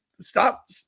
Stop